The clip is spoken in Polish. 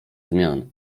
zmian